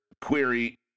Query